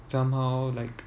somehow like